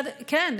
כן.